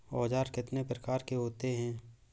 औज़ार कितने प्रकार के होते हैं?